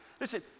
Listen